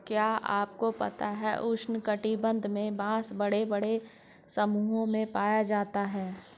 क्या आपको पता है उष्ण कटिबंध में बाँस बड़े बड़े समूहों में पाया जाता है?